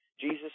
Jesus